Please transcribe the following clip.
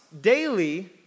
daily